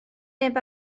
neb